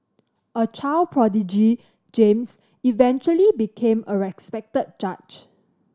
a child prodigy James eventually became a respected judge